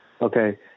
okay